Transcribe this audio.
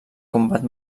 combat